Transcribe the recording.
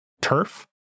turf